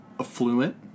affluent